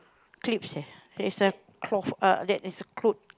clips eh is a cloth uh that is a clothes